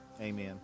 amen